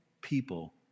people